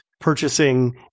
purchasing